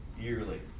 yearly